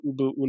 Ubu